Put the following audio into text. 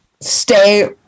Stay